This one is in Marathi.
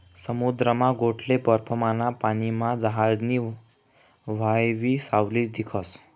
समुद्रमा गोठेल बर्फमाना पानीमा जहाजनी व्हावयी सावली दिखस